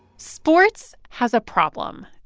sports has a problem.